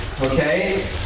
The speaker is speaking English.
okay